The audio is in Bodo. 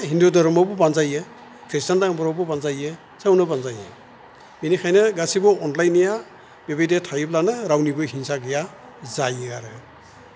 हिन्दु दोहोरोमावबो बानजायो ख्रिस्टान दोहोरोमफ्रावबो बानजायो सबावनो बानजायो बेनिखायनो गासैबो अनलायनाया बेबायदिया थायोब्लानो रावनिबो हिंसा गैया जायो आरो